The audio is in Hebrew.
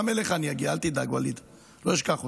גם אליך אני אגיע, אל תדאג, ואליד, לא אשכח אותך.